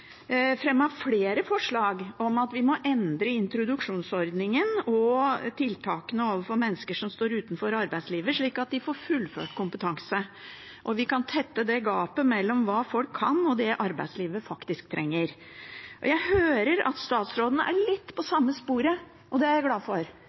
flere forslag om at vi må endre introduksjonsordningen og tiltakene overfor mennesker som står utenfor arbeidslivet, slik at de får fullført kompetanse, og at vi kan tette gapet mellom hva folk kan, og hva arbeidslivet faktisk trenger. Jeg hører at statsråden er litt på